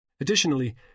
Additionally